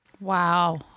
Wow